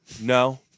no